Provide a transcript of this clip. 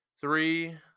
three